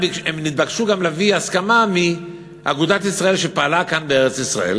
הם התבקשו גם להביא הסכמה מאגודת ישראל שפעלה כאן בארץ-ישראל.